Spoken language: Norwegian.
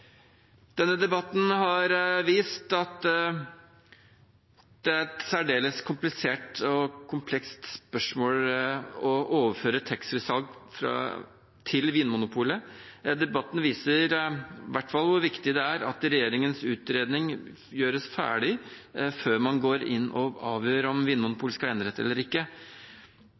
Denne debatten har vist at det er et særdeles komplisert og komplekst spørsmål å overføre taxfree-salg til Vinmonopolet. Debatten viser i hvert fall hvor viktig det er at regjeringens utredning gjøres ferdig før man går inn og avgjør om Vinmonopolet skal ha enerett eller ikke.